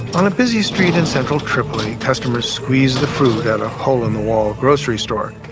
on a busy street in central tripoli, customers squeeze the fruit at a hole-in-the-wall grocery store.